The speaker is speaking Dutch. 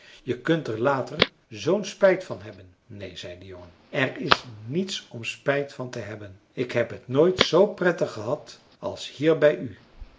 je kunt er later zoo'n spijt van hebben neen zei de jongen er is niets om spijt van te hebben ik heb het nooit zoo prettig gehad als hier bij u